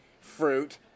fruit